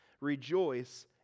Rejoice